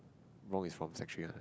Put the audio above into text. wrong is from Sec three ah